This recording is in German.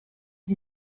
wir